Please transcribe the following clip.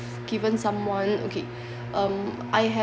given someone okay um I have